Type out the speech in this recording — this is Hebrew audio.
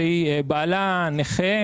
שבעלה נכה,